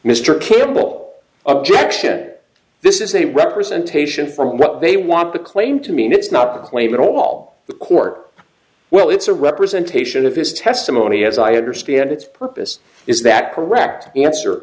kimball objection this is a representation from what they want the claim to mean it's not a claim at all the court well it's a representation of his testimony as i understand its purpose is that correct answer